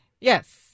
Yes